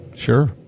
Sure